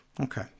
Okay